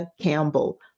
Campbell